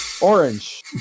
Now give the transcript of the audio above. Orange